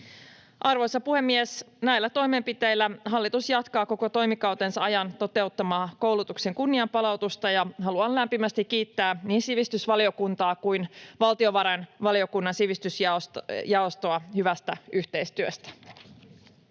Arvoisa puhemies! Näillä toimenpiteillä hallitus jatkaa koko toimikautensa ajan toteuttamaansa koulutuksen kunnianpalautusta, ja haluan lämpimästi kiittää niin sivistysvaliokuntaa kuin valtiovarainvaliokunnan sivistysjaostoa hyvästä yhteistyöstä.